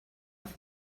fer